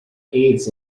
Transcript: aids